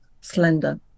slender